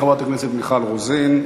חברת הכנסת מיכל רוזין.